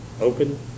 Open